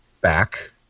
back